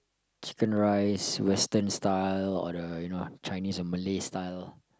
chicken rice western style or the you know Chinese or Malay style